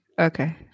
Okay